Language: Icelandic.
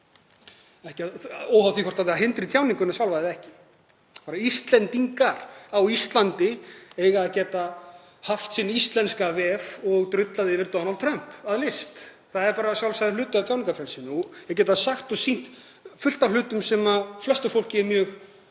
óháð því hvort það hindri tjáninguna sjálfa eða ekki. Íslendingar á Íslandi eiga að geta haft sinn íslenska vef og drullað yfir Donald Trump að vild. Það er bara sjálfsagður hluti af tjáningarfrelsinu að geta sagt og sýnt fullt af hlutum sem flestu fólki er mjög